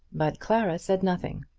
but clara said nothing.